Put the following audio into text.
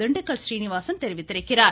திண்டுக்கல் சீனிவாசன் தெரிவித்துள்ளார்